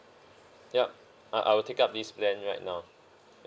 yup uh I will take up this plan right now